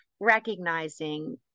recognizing